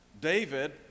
David